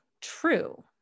true